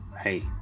hey